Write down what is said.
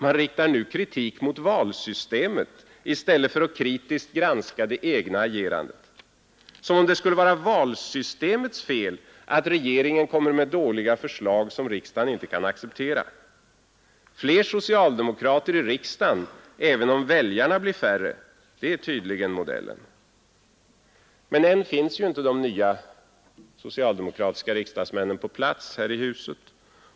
Man riktar kritik mot valsystemet i stället för att kritiskt granska det egna agerandet. Som om det skulle vara valsystemets fel att regeringen kommer med dåliga förslag som riksdagen inte kan acceptera. Fler socialdemokrater i riksdagen, även om väljarna blir färre — det är tydligen modellen. Men än finns inte de nya s-riksdagsmännen på plats i det här huset.